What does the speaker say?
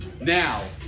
Now